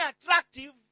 attractive